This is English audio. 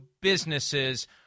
businesses